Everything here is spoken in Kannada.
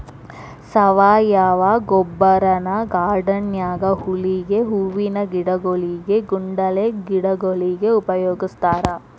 ಸಾವಯವ ಗೊಬ್ಬರನ ಗಾರ್ಡನ್ ನ್ಯಾಗ ಹುಲ್ಲಿಗೆ, ಹೂವಿನ ಗಿಡಗೊಳಿಗೆ, ಕುಂಡಲೆ ಗಿಡಗೊಳಿಗೆ ಉಪಯೋಗಸ್ತಾರ